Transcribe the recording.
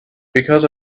because